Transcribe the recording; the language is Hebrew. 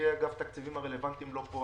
נציגי אגף התקציבים הרלוונטיים לא כאן.